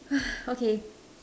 okay